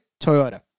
Toyota